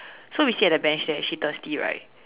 so we sit at the bench there she thirsty right